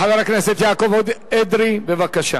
חבר הכנסת יעקב אדרי, בבקשה.